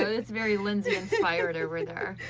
it's very lindsay inspired over there.